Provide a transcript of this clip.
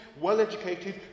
well-educated